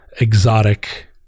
exotic